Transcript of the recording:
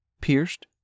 pierced